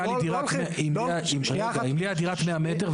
אם לי הייתה דירת 100 מ"ר,